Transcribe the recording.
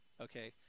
Okay